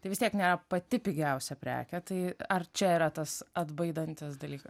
tai vis tiek ne pati pigiausia prekė tai ar čia yra tas atbaidantis dalykas